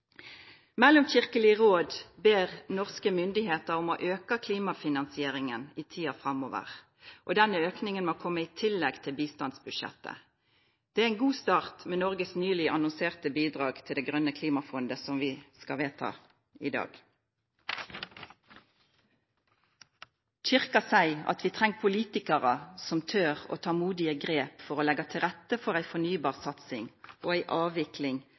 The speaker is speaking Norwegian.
råd vil be norske myndigheter å øke klimafinansieringen i tiden framover. Denne økningen må komme i tillegg til bistandsbudsjettet. Det er en god start med Norges nylig annonserte bidrag til Det grønne klimafondet», som vi skal vedta i dag. Kyrkja seier vidare at vi «trenger politikere som tør å ta modige grep for å legge til rette for en fornybar satsing og en avvikling